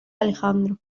alejandro